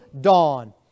dawn